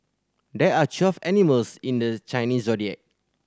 there are twelve animals in the Chinese Zodiac